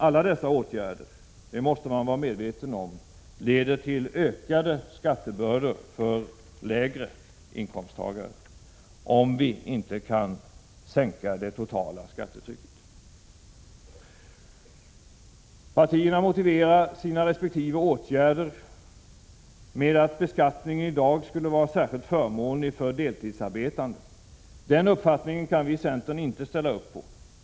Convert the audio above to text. Alla dessa åtgärder leder till ökade skattebördor för lägre inkomsttagare, om inte det totala skattetrycket kan minskas. Partierna motiverar sina resp. åtgärder med att beskattningen i dag skulle vara särskilt förmånlig för deltidsarbetande. Den uppfattningen kan vi i centern inte ställa upp på.